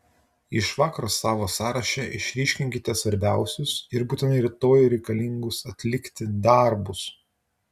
iš vakaro savo sąraše išryškinkite svarbiausius ir būtinai rytoj reikalingus atlikti darbus